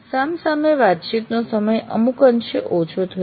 સામ સામે વાતચીતનો સમય અમુક અંશે ઓછો થયો છે